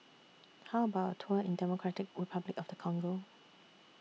How about A Tour in Democratic Republic of The Congo